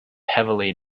heavily